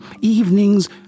evenings